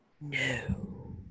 No